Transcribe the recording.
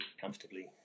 comfortably